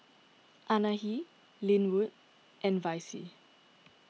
Anahi Linwood and Vicie